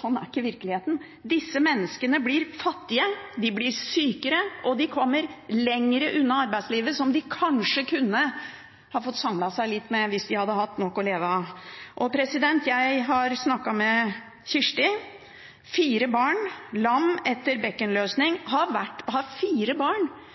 Sånn er ikke virkeligheten. Disse menneskene blir fattige, de blir sykere, og de kommer lenger unna arbeidslivet, der de kanskje kunne ha fått samlet seg litt hvis de hadde hatt nok å leve av. Jeg har snakket med Kirsti som har fire barn og er lam etter bekkenløsning. Hun har fire barn og har vært